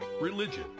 Religion